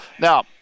Now